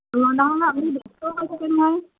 ব্য়স্ত হৈ থাকে নহয়